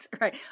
right